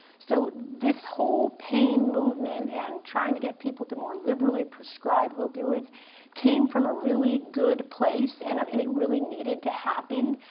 so this whole pain movement and trying to get people to more liberally prescribe opioids came from a really good place, and um and it really needed to happen.